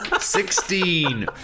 Sixteen